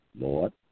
Lord